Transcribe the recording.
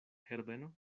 herbeno